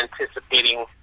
anticipating